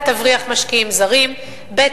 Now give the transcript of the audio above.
היא תבריח משקיעים זרים, ב.